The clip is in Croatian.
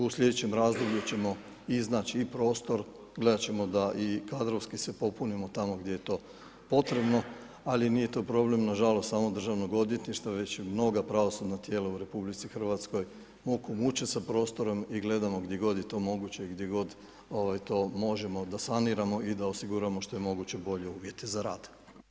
U slijedećem razdoblju ćemo iznaći i prostor, gledat ćemo da i kadrovski se popunimo tamo gdje je to potrebno ali nije to problem nažalost samog Državnog odvjetništva već mnoga pravosudna tijela u RH muku muče da prostorom i gledamo gdje god je to moguće, gdje god to možemo da saniramo i da osiguramo što je moguće bolje uvjete za rad.